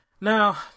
Now